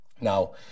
Now